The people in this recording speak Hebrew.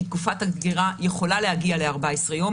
כי תקופת הדגירה יכולה להגיע ל-14 יום.